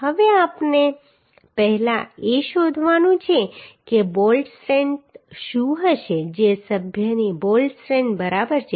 હવે આપણે પહેલા એ શોધવાનું છે કે બોલ્ટ સ્ટ્રેન્થ શું હશે જે સભ્યની બોલ્ટ સ્ટ્રેન્થ બરાબર છે